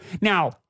now